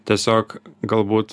tiesiog galbūt